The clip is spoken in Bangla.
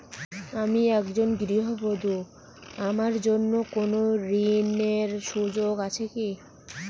আমি একজন গৃহবধূ আমার জন্য কোন ঋণের সুযোগ আছে কি?